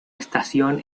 estación